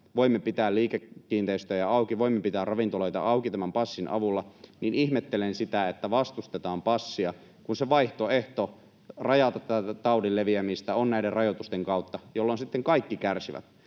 voimme pitää liikekiinteistöjä auki, voimme pitää ravintoloita auki tämän passin avulla, niin ihmettelen sitä, että vastustetaan passia, kun se vaihtoehto rajata tätä taudin leviämistä on näiden rajoitusten kautta, jolloin sitten kaikki kärsivät.